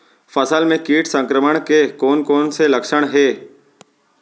फसल म किट संक्रमण के कोन कोन से लक्षण हे?